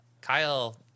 Kyle